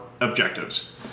objectives